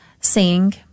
sing